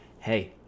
hey